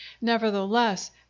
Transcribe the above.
Nevertheless